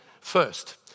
first